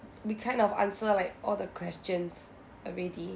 we kind of answer like all the questions already